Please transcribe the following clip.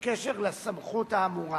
בקשר לסמכות האמורה.